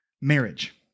marriage